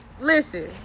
Listen